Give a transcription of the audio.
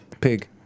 Pig